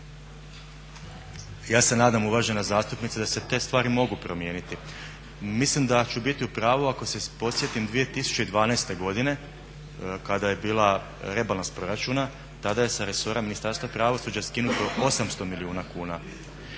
Ja se nadam uvažena zastupnice da se te stvari mogu promijeniti. Mislim da ću biti u pravu ako se podsjetim 2012. godine kada je bio rebalans proračuna tada je sa resora Ministarstva pravosuđa skinuto 800 milijuna kuna.